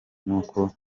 nk’uko